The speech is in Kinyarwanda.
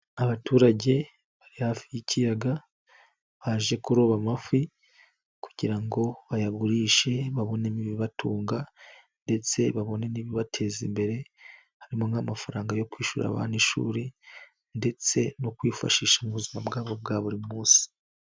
Abaturage bari hafi y'ikiyaga, baje kuroba amafi kugira ngo bayagurishe babonemo ibibatunga ndetse babone n'ibibateza imbere, harimo nk'amafaranga yo kwishyura abantu ishuri ndetse no kwifashisha mu buzima bwabo bwa buri munsi.